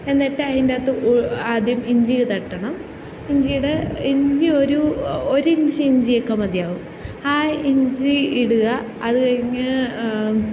എന്നിട്ട് അതിന്റകത്ത് ആദ്യം ഇഞ്ചി തട്ടണം ഇഞ്ചിയുടെ ഇഞ്ചി ഒരു ഒരു ഇഞ്ച് ഇഞ്ചി ഒക്കെ മതിയാവും ആ ഇഞ്ചി ഇടുക അതുകഴിഞ്ഞ്